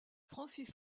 francis